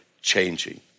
changing